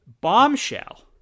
Bombshell